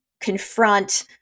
confront